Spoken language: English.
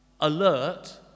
alert